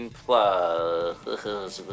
plus